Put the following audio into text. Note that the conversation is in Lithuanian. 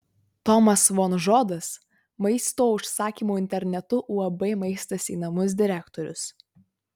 tomas vonžodas maisto užsakymo internetu uab maistas į namus direktorius